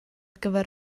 gyfer